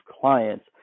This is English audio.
clients